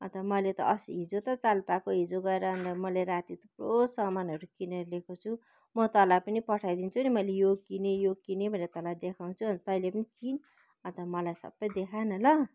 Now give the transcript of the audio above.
अन्त मैले त अस्ति हिजो त चाल पाएको हिजो गएर अन्त मैले राति थुप्रो सामानहरू किनेर ल्याएको छु म तँलाई पनि पठाइदिन्छु नि मैले यो किनेँ यो किनेँ भनेर तँलाई देखाउँछु अन्त तैँले पनि किन अन्त मलाई सबै देखा न ल